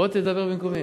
בוא תדבר במקומי.